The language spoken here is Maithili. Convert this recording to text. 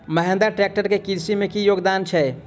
महेंद्रा ट्रैक्टर केँ कृषि मे की योगदान छै?